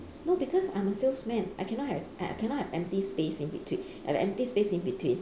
no because I'm a salesman I cannot have I cannot have empty space in between I have empty space in between